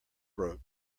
broke